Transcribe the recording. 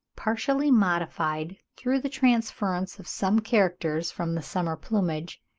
partially modified through the transference of some characters from the summer plumage,